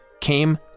came